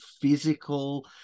physical